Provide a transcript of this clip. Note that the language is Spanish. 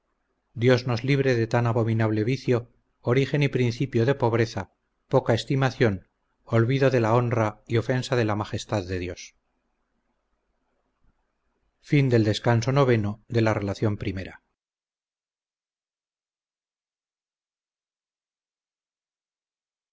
dios nos libre de tan abominable vicio origen y principio de pobreza poca estimación olvido de la honra y ofensa de la majestad de dios